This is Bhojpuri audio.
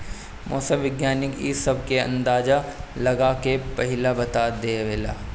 मौसम विज्ञानी इ सब के अंदाजा लगा के पहिलहिए बता देवेला